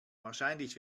wahrscheinlich